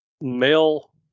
male